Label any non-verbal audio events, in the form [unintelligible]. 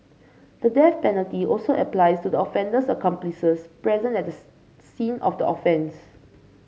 the death penalty also applies to the offender's accomplices present at the [unintelligible] scene of the offence